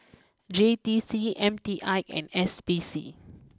J T C M T I and S P C